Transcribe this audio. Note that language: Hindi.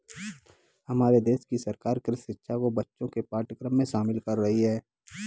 हमारे देश की सरकार कृषि शिक्षा को बच्चों के पाठ्यक्रम में शामिल कर रही है